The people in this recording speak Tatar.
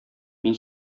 мин